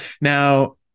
Now